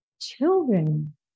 children